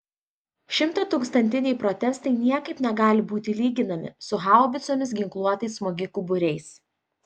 šimtatūkstantiniai protestai niekaip negali būti lyginami su haubicomis ginkluotais smogikų būriais